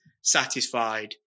satisfied